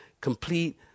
complete